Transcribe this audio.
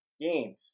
games